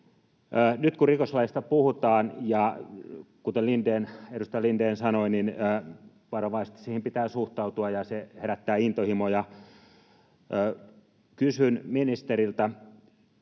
Nyt kun rikoslaista puhutaan, ja kuten edustaja Lindén sanoi, niin varovaisesti siihen pitää suhtautua ja se herättää intohimoja. Kysyn ministeriltä